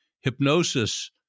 hypnosis